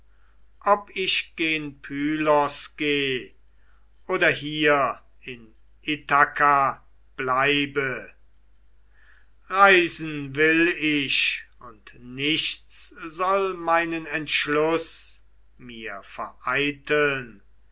ob ich gen pylos geh oder hier in ithaka bleibe reisen will ich und nichts soll meinen entschluß mir vereiteln